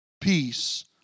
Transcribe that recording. peace